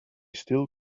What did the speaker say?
still